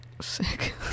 Sick